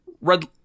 Red